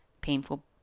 painful